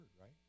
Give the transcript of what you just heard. right